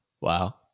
Wow